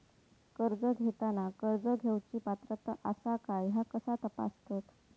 कर्ज घेताना कर्ज घेवची पात्रता आसा काय ह्या कसा तपासतात?